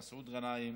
מסעוד גנאים,